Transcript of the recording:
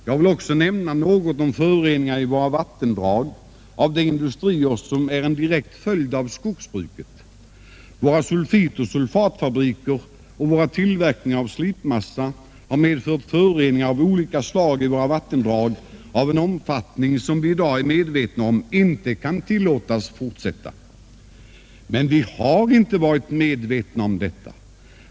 Jag vill också nämna något om föroreningar i våra vattendrag, orsakade av de industrier, som är direkt baserade på skogsbruket. Våra sulfitoch sulfatfabriker och vår tillverkning av slipmassa har medfört föroreningar av olika slag i våra vattendrag av en omfattning som vi i dag är medvetna om inte kan tillåtas fortsätta. Det är emellertid något som vi tidigare inte varit medvetna om.